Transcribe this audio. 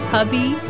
Hubby